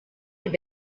have